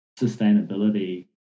sustainability